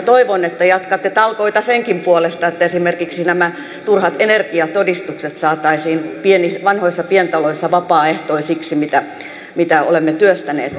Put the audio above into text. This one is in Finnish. toivon että jatkatte talkoita senkin puolesta että esimerkiksi nämä turhat energiatodistukset saataisiin vanhoissa pientaloissa vapaaehtoisiksi mitä olemme työstäneet